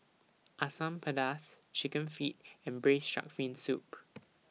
Asam Pedas Chicken Feet and Braised Shark Fin Soup